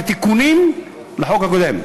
הוא תיקונים לחוק הקודם,